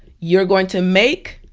you're going to make